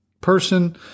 person